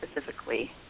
specifically